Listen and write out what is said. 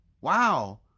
wow